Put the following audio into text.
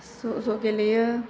ज' ज' गेलेयो